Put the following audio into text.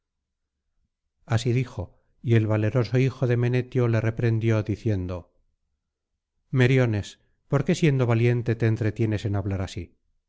así dijo y el valeroso hijo de menetio le reprendió diciendo menes por qué siendo valiente te entretienes en hablar así